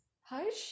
Hush